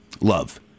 love